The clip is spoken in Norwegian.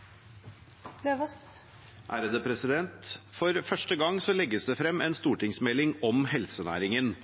hun refererte til. For første gang legges det frem en stortingsmelding om helsenæringen,